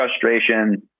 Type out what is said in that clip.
frustration